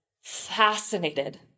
fascinated